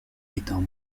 étant